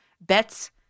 bets